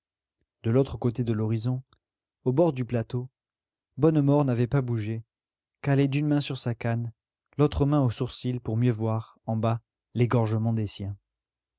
de l'autre côté de l'horizon au bord du plateau bonnemort n'avait pas bougé calé d'une main sur sa canne l'autre main aux sourcils pour mieux voir en bas l'égorgement des siens